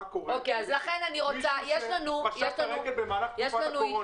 מה קורה --- מישהו שפשוט את הרגל במהלך תקופת הקורונה.